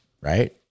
right